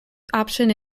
option